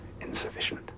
insufficient